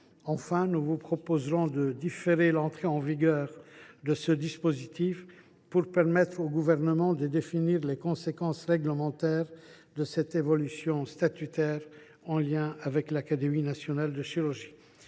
d’un troisième amendement, de différer l’entrée en vigueur du dispositif, pour permettre au Gouvernement de définir les conséquences réglementaires de cette évolution statutaire en lien avec l’Académie nationale de chirurgie.